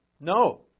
No